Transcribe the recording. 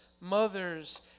mothers